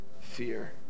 fear